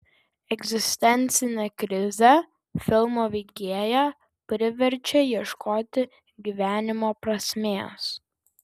egzistencinė krizė filmo veikėją priverčia ieškoti gyvenimo prasmės